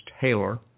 Taylor